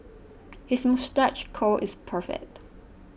his moustache curl is perfect